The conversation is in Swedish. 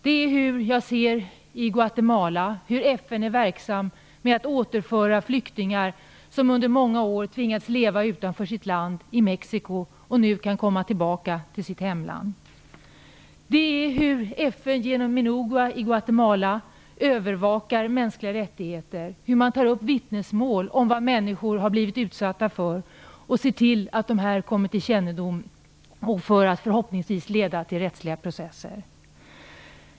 Det är hur jag ser FN vara verksamt i Guatemala med att återföra flyktingar som under många år tvingats leva utanför sitt land, i Mexico, och som nu kan komma tillbaka till sitt hemland. Det är hur FN genom Minugua i Guatemala övervakar mänskliga rättigheter, hur man tar upp vittnesmål om vad människor har blivit utsatta för och ser till att de kommer till kännedom och förhoppningsvis leder till rättsliga processer.